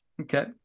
Okay